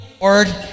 Lord